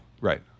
Right